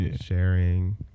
sharing